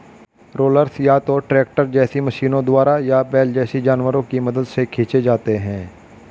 rollers या तो tractor जैसे मशीनों द्वारा या बैल जैसे जानवरों की मदद से खींचे जाते हैं